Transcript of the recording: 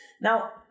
Now